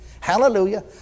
Hallelujah